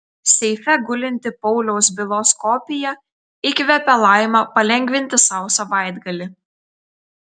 seife gulinti pauliaus bylos kopija įkvepia laimą palengvinti sau savaitgalį